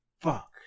fuck